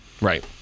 Right